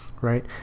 right